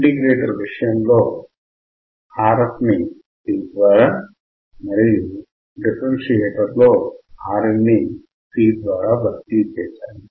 integrator విషయములో Rf ని C ద్వారా మరియు డిఫ్ఫరెన్షియేటర్ లో Rin ని C ద్వారా భర్తీ చేశాము